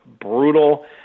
brutal